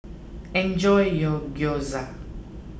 enjoy your Gyoza